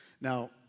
Now